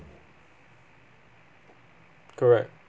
correct